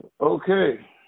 Okay